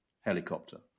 helicopter